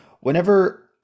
whenever